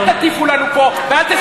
אל תטיפו לנו פה ואל תספרו לנו,